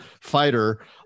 fighter